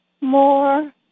more